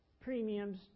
premiums